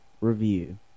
review